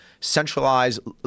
Centralized